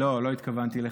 לא, לא התכוונתי לכך,